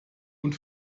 und